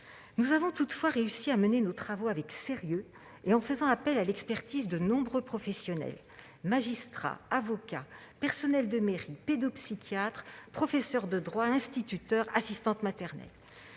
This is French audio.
Nous avons toutefois réussi à mener nos travaux avec sérieux et en faisant appel à l'expertise de nombreux professionnels : magistrats, avocats, personnels de mairie, pédopsychiatres, professeurs de droit, instituteurs, assistantes maternelles,